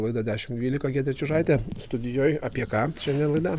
laida dešim dvylika giedrė čiužaitė studijoj apie ką šiandien laida